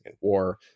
war